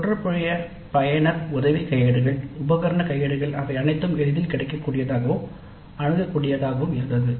" தொடர்புடைய பயனர் உதவி கையேடுகள் உபகரண கையேடுகள் அவை அனைத்தும் எளிதில் கிடைக்கக் கூடியதாகவும் அணுகக்கூடியது ஆகவும் இருந்தது